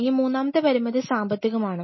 ഇനി മൂന്നാമത്തെ പരിമിതി സാമ്പത്തികമാണ്